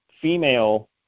female